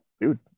dude